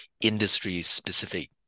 industry-specific